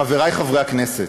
חברי חברי הכנסת,